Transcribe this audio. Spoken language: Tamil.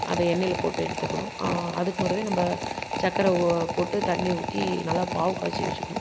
அதை எண்ணெய்யில போட்டு எடுத்துக்கணும் அதுக்கு முதவே நம்ப சக்கரை ஓ போட்டு தண்ணி ஊற்றி நல்லா பாவு காய்ச்சி வச்சிக்கணும்